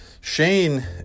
Shane